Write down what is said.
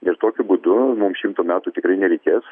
ir tokiu būdu mum šimto metų tikrai nereikės